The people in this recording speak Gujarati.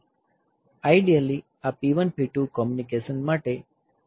આઈડયલી આ P1 P2 કોમ્યુનિકેશન માટે આને મુખ્ય કાર્ય તરીકે ગણવું જોઈએ